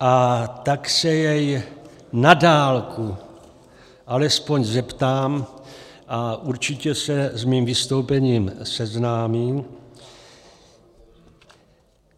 A tak se jej na dálku alespoň zeptám, a určitě se s mým vystoupením seznámí: